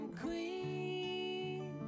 queen